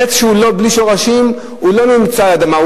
עץ שהוא בלי שורשים הוא לא נמצא באדמה,